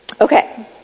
Okay